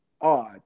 odd